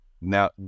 Now